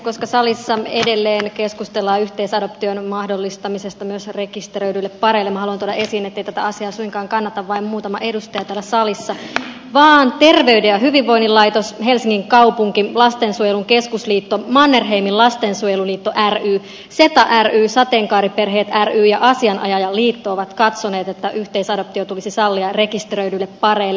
koska salissa edelleen keskustellaan yhteisadoption mahdollistamisesta myös rekisteröidyille pareille haluan tuoda esiin ettei tätä asiaa suinkaan kannata vain muutama edustaja täällä salissa vaan terveyden ja hyvinvoinnin laitos helsingin kaupunki lastensuojelun keskusliitto mannerheimin lastensuojeluliitto seta ry sateenkaariperheet ry ja suomen asianajajaliitto ovat katsoneet että yhteisadoptio tulisi sallia rekisteröidyille pareille